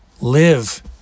live